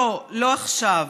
לא, לא עכשיו.